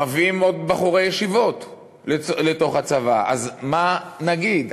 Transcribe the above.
מביאים עוד בחורי ישיבות לתוך הצבא, אז מה נגיד?